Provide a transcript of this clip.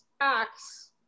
acts